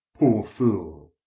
poor fool?